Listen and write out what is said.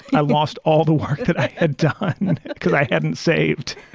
i lost all the work that i had done and because i hadn't saved.